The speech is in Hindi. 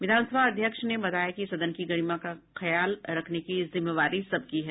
विधानसभा अध्यक्ष ने बताया कि सदन की गरिमा का ख्याल रखने की जिम्मेदारी सबकी है